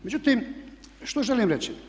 Međutim što želim reći?